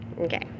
Okay